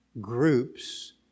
groups